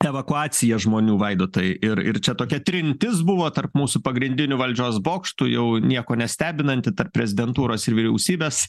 evakuacija žmonių vaidotai ir ir čia tokia trintis buvo tarp mūsų pagrindinių valdžios bokštų jau nieko nestebinanti tarp prezidentūros ir vyriausybės